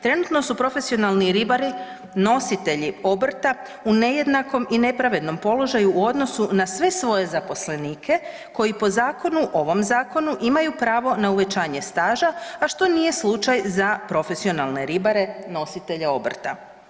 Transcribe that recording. Trenutno su profesionalni ribari nositelji obrta u nejednakom i nepravednom položaju u odnosu na sve svoje zaposlenike koji po zakonu, ovom zakonu imaju pravo na uvećanje staža, a što nije slučaj za profesionalne ribare nositelje obrta.